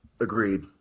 agreed